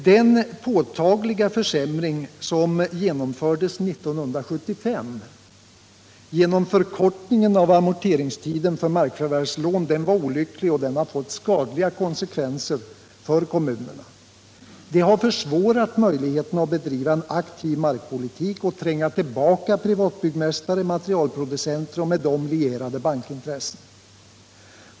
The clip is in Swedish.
Den påtagliga försämring som genomfördes 1975 genom förkortningen av amorteringstiden för markförvärvslån var olycklig och har fått skadliga konsekvenser för kommunerna. Den har försämrat möjligheterna att bedriva en aktiv markpolitik och tränga tillbaka privatbyggmästare, byggmaterialproducenter och med dem lierade bankintressen.